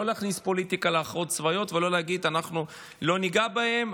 לא להכניס פוליטיקה להכרעות צבאיות ולא להגיד: אנחנו לא ניגע בהם,